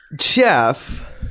Jeff